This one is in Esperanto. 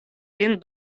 lin